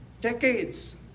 decades